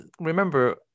remember